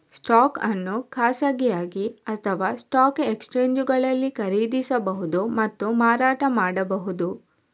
stock ಅನ್ನು ಖಾಸಗಿಯಾಗಿ ಅಥವಾಸ್ಟಾಕ್ ಎಕ್ಸ್ಚೇಂಜುಗಳಲ್ಲಿ ಖರೀದಿಸಬಹುದು ಮತ್ತು ಮಾರಾಟ ಮಾಡಬಹುದು